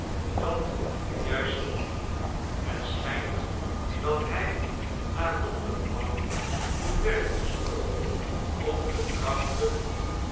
dat nu juist niet het schijnt dat hij naar londen kwam om werk te zoeken om te traeliten